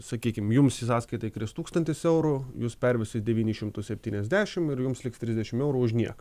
sakykim jums į sąskaitą įkris tūkstantis eurų jūs pervesit devynis šimtus septyniasdešimt ir jums liks trisdešimt eurų už nieką